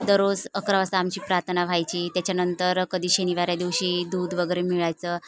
दररोज अकरा वाजता आमची प्रार्थना व्हायची त्याच्यानंतर कधी शनिवारी दिवशी दूध वगैरे मिळायचं